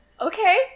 Okay